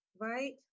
Right